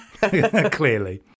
Clearly